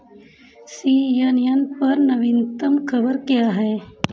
सी N N पर नवीनतम ख़बर क्या है